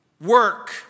work